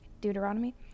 Deuteronomy